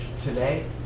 today